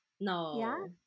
No